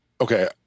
Okay